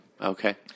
Okay